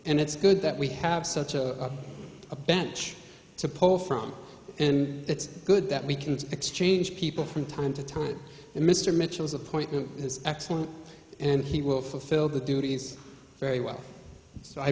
and it's good that we have such a a bench to pull from and it's good that we can exchange people from time to time and mr mitchell's appointment is excellent and he will fulfill the duties very well